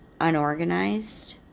unorganized